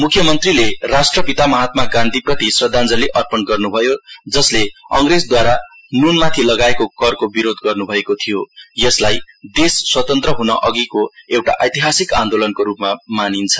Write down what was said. मुख्यमन्त्रीले राष्ट्रपित महात्मा गान्धी प्रति श्रद्धाञ्जली अपर्ण गर्नु भयो जसले अंग्रेजद्वारा नुनमाथि लगाइएको करको विरोध गर्नु भएको थियो जसलाई देश स्वतन्त्र हुन अघिको एउटा एतिहासिक आन्दोलनको रूपमा मानिन्छ